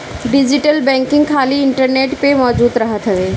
digital banking खाली internet पअ मौजूद रहत हवे